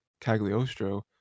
Cagliostro